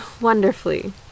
Wonderfully